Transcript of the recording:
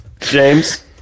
James